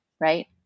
right